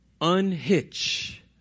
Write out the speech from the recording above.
unhitch